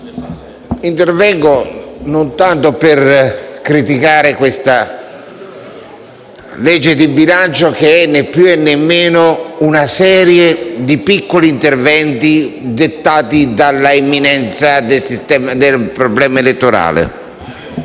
intervengo non tanto per criticare questa legge di bilancio, che è, né più, né meno, una serie di piccoli interventi dettati dall'imminenza del momento elettorale.